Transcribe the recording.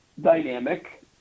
dynamic